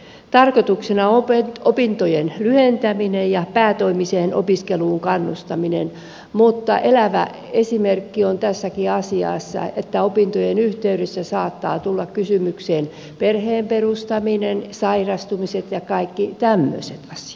tarkoituksena on opintojen lyhentäminen ja päätoimiseen opiskeluun kannustaminen mutta elävä esimerkki on tässäkin asiassa että opintojen yhteydessä saattavat tulla kysymykseen perheen perustaminen sairastumiset ja kaikki tämmöiset asiat